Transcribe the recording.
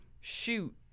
Shoot